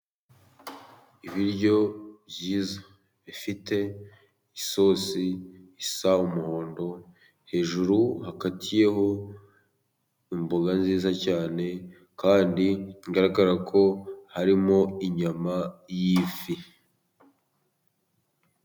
Ibiryo byiza bifite isosi isa umuhondo, hejuru hakatiyeho imboga nziza cyane, kandi bigaragara ko harimo inyama y'ifi.